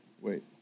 wait